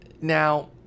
now